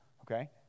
okay